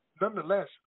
Nonetheless